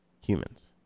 humans